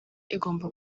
igomba